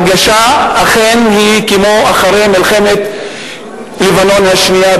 ההרגשה היא כמו אחרי מלחמת לבנון השנייה,